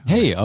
Hey